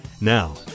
Now